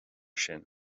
sin